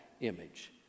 image